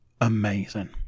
amazing